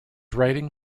writing